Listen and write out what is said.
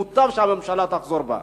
ומוטב שהממשלה תחזור בה.